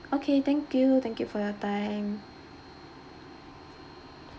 okay thank you thank you for your time